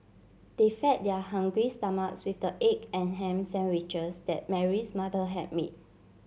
they fed their hungry stomachs with the egg and ham sandwiches that Mary's mother had made